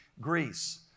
Greece